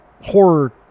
horror